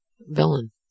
villain